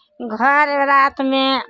घर रातमे